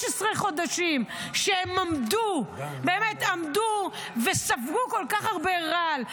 חודשים שהם עמדו וספגו כל כך הרבה רעל,